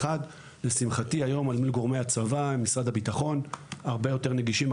ולשמחתי היום גורמי הצבא ומשרד הביטחון הרבה יותר נגישים,